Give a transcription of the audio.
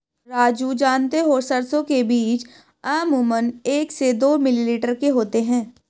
राजू जानते हो सरसों के बीज अमूमन एक से दो मिलीमीटर के होते हैं